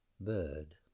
bird